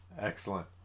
Excellent